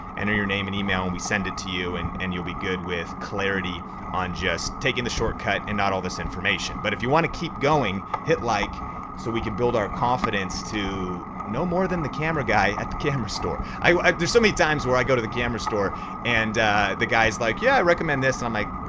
enter your name and email and we send it to you and and you'll be good with clarity on just taking the shortcut and not all this information. but if you wanna keep going, hit like so we can build our confidence to know more than the camera guy at the camera store. there's so many times where i go to the camera store and the guys like, yeah, i recommend this, i'm like,